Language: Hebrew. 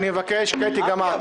אני מבקש, קטי, גם את.